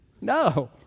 No